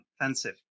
offensive